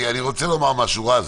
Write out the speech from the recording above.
רז,